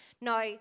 Now